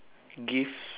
gives